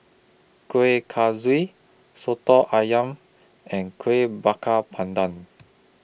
Kueh Kaswi Soto Ayam and Kueh Bakar Pandan